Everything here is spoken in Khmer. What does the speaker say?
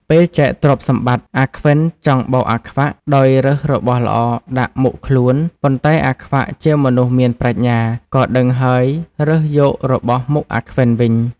ពេលចែកទ្រព្យសម្បត្តិ អាខ្វិន ចង់បោកអាខ្វាក់ ដោយរើសរបស់ល្អដាក់មុខខ្លួន ប៉ុន្តែអាខ្វាក់ជាមនុស្សមានប្រាជ្ញា ក៏ដឹងហើយរើសយករបស់មុខអាខ្វិនវិញ ។